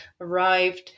arrived